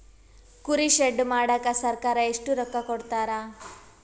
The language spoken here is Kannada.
ಕುರಿ ಶೆಡ್ ಮಾಡಕ ಸರ್ಕಾರ ಎಷ್ಟು ರೊಕ್ಕ ಕೊಡ್ತಾರ?